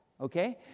okay